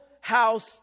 house